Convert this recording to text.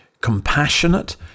compassionate